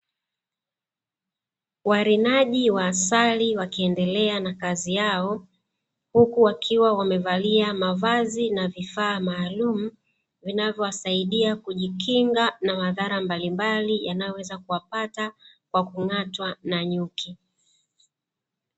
Warinaji wa asali wakiendelea na kazi yao, huku wakiwa wamevalia mavazi na vifaa maalumu vinavyowasaidia kujikinga na madhara mbalimbali yanayoweza kuwapata kwa kung'atwa na nyuki.